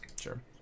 Sure